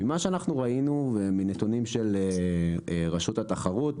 ממה שאנחנו מבינים ומנתונים של רשות התחרות,